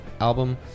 album